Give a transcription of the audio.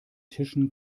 tischen